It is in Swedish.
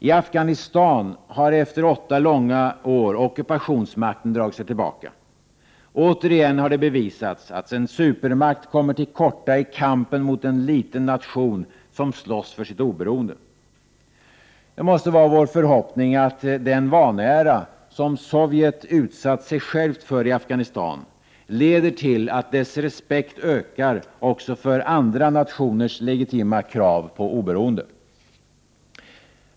I Afghanistan har efter åtta långa år ockupationsmakten dragit sig tillbaka. Återigen har det bevisats att en supermakt kommer till korta i kampen mot en liten nation som slåss för sitt oberoende. Det måste vara vår förhoppning att den vanära som Sovjet utsatt sig självt för i Afghanistan leder till att dess respekt ökar också för andra nationers legitima krav på oberoende.